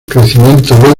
crecimiento